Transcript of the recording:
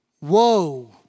Woe